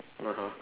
(uh huh)